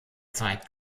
zeit